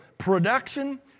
production